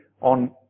on